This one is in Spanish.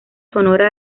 sonora